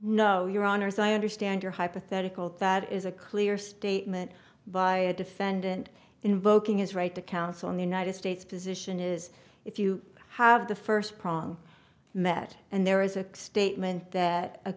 no your honor as i understand your hypothetical that is a clear statement by a defendant invoking his right to counsel in the united states position is if you have the first prong met and there is a statement that a